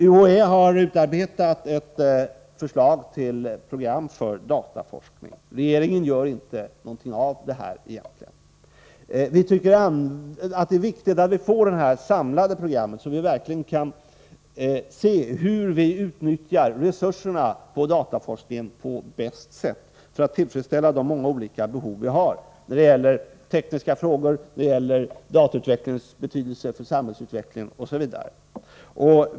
UHÄ har utarbetat ett förslag till program för dataforskning. Regeringen gör egentligen inte någonting av detta. Vi tycker att det är viktigt att få detta samlade program, så att vi verkligen kan se hur vi utnyttjar resurserna inom dataforskningen på bästa sätt för att tillfredsställa de många olika behoven när det gäller tekniska frågor, datautvecklingens betydelse för samhällsutvecklingen osv.